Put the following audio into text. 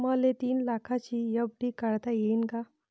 मले तीन लाखाची एफ.डी काढता येईन का?